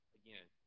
again